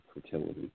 fertility